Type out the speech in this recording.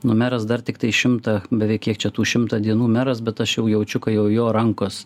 nu meras dar tiktai šimtą beveik kiek čia tų šimtą dienų meras bet aš jau jaučiu kad jau jo rankos